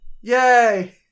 Yay